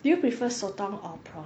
do you prefer sotong or prawn